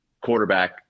quarterback